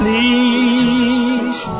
Please